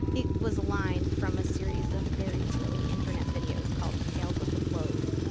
it was line from a series of very silly internet videos called tales of the blode.